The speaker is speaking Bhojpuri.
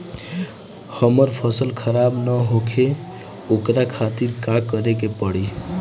हमर फसल खराब न होखे ओकरा खातिर का करे के परी?